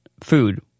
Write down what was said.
Food